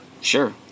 sure